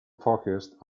focused